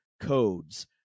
codes